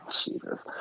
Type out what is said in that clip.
Jesus